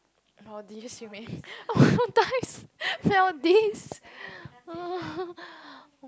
oh did you see me Maldives Maldives